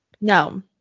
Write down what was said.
No